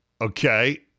Okay